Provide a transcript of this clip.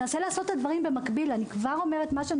ננסה לעשות את הדברים במקביל ולא בטור.